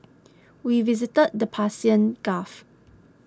we visited the Persian Gulf